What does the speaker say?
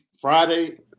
friday